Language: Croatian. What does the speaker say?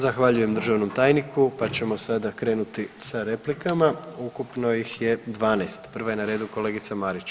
Zahvaljujem državnom tajniku, pa ćemo sada krenuti sa replikama, ukupno ih je 12, prva je na redu kolegica Marić.